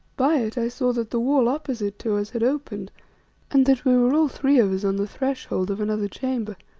by it i saw that the wall opposite to us had opened and that we were all three of us, on the threshold of another chamber.